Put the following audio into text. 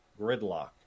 gridlock